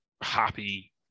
happy